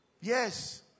Yes